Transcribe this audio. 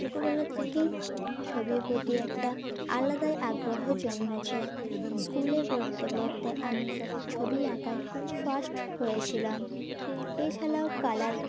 ছোটোবেলা থেকেই ছবির প্রতি একটা আলাদাই আগ্রহ জন্মেছে স্কুলে পড়তে পড়তে আমি ছবি আঁকায় ফার্স্ট হয়েছিলাম এছাড়াও কালার